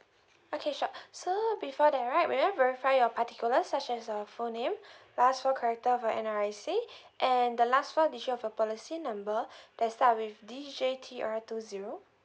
okay sure so before that right may I verify your particulars such as your full name last four character of your N_R_I_C and the last four digit of your policy number that start with D J T R two zero